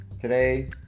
today